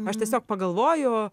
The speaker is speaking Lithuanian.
aš tiesiog pagalvoju